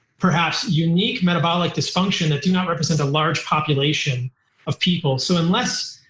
perhaps unique metabolic dysfunction that do not represent the large population of people. so unless,